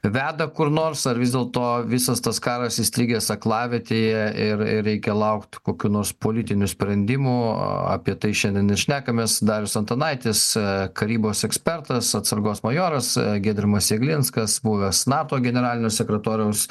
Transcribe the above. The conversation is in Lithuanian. veda kur nors ar vis dėlto visas tas karas įstrigęs aklavietėje ir ir reikia laukt kokių nors politinių sprendimų apie tai šiandien ir šnekamės darius antanaitis karybos ekspertas atsargos majoras giedrimas jeglinskas buvęs nato generalinio sekretoriaus